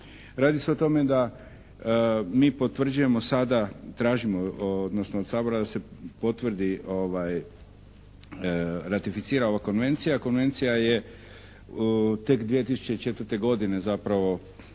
Radi se o tome da mi potvrđujemo sada, tražimo odnosno od Sabora da se potvrdi, ratificira ova Konvencija. Konvencija je tek 2004. godine zapravo